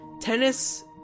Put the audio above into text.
Tennis